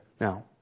Now